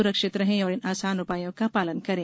सुरक्षित रहें और इन आसान उपायों का पालन करें